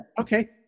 Okay